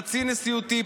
חצי נשיאותי,